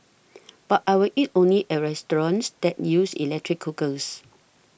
but I will eat only at restaurants that use electric cookers